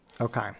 Okay